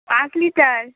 পাঁচ লিটার